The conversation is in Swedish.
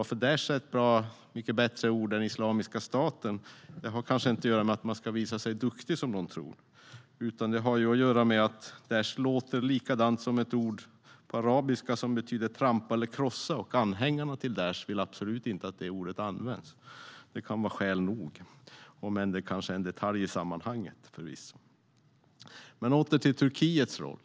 Att Daish är en mycket bättre benämning än Islamiska staten har inte att göra med att man ska visa sig duktig, som kanske någon tror, utan det har att göra med att Daish låter likadant som ett ord på arabiska som betyder trampa eller krossa. Anhängarna till Daish vill absolut inte att det ordet används. Det kan vara skäl nog, om än förvisso en detalj i sammanhanget. Men åter till Turkiets roll!